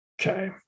Okay